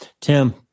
Tim